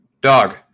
Dog